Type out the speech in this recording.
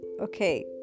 Okay